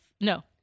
No